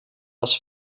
was